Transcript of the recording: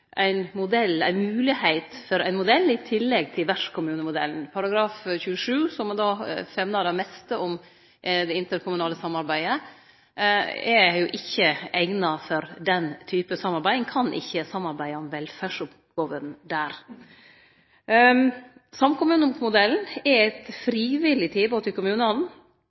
for ein modell i tillegg til vertskommunemodellen. § 27, som då femnar det meste av det interkommunale samarbeidet, er ikkje eigna for den typen samarbeid. Ein kan ikkje samarbeide om velferdsoppgåvene der. Samkommunemodellen er eit frivillig tilbod til kommunane.